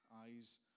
eyes